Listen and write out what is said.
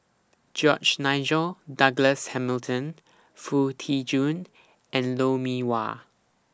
George Nigel Douglas Hamilton Foo Tee Jun and Lou Mee Wah